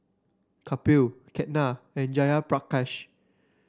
Kapil Ketna and Jayaprakash